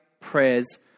prayers